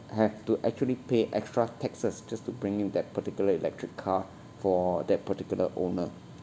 have to actually pay extra taxes just to bring in that particular electric car for that particular owner